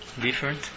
different